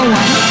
one